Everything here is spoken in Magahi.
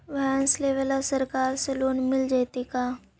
भैंस लेबे ल सरकार से लोन मिल जइतै का?